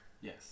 Yes